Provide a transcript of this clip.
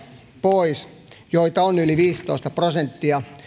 pois joita on yli viisitoista prosenttia